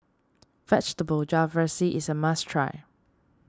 Vegetable Jalfrezi is a must try